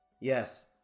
Yes